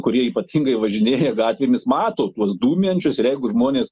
kurie ypatingai važinėja gatvėmis mato tuos dūmijančius ir jeigu žmonės